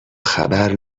خبر